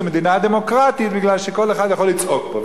שזאת מדינה דמוקרטית בגלל שכל אחד יכול לצעוק פה,